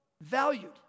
valued